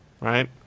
right